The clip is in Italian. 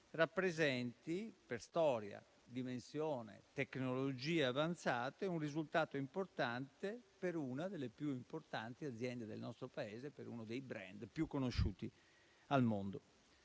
rappresenti, per storia, dimensione e tecnologie avanzate, un risultato importante per una delle più importanti aziende del nostro Paese e per uno dei *brand* più conosciuti al mondo.